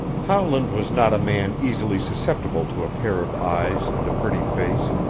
howland was not a man easily susceptible to a pair of eyes and a pretty face.